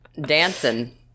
dancing